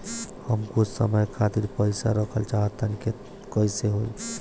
हम कुछ समय खातिर पईसा रखल चाह तानि कइसे होई?